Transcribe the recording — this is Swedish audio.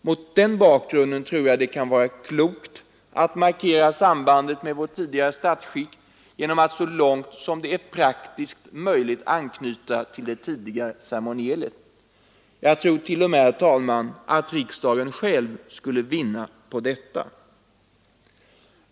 Mot den bakgrunden tror jag att det kan vara klokt att markera sambandet med vårt tidigare statsskick genom att så långt som det är praktiskt möjligt anknyta till det tidigare ceremonielet. Jag tror t.o.m. att riksdagen själv skulle vinna på detta.